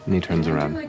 he turns around. like